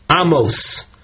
Amos